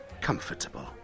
comfortable